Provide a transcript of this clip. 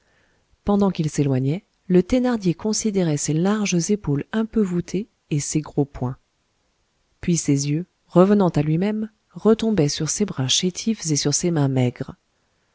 pendant qu'ils s'éloignaient le thénardier considérait ses larges épaules un peu voûtées et ses gros poings puis ses yeux revenant à lui-même retombaient sur ses bras chétifs et sur ses mains maigres